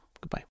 goodbye